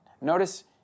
Notice